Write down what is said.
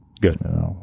Good